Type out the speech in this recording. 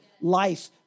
life